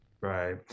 Right